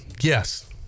Yes